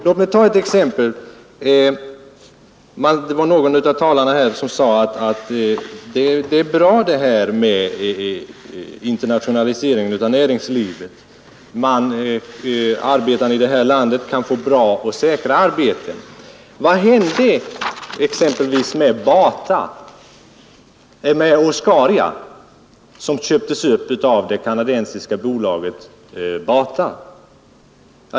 Låt mig ta ett exempel. Det var någon av talarna här som sade att det är bra med internationaliseringen av näringslivet, eftersom arbetarna här i landet kan få bra och säkra arbeten. Vad hände exempelvis med Oscaria, som köptes upp av det kanadensiska bolaget Bata?